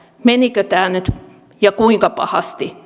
menikö tämä nyt mönkään ja kuinka pahasti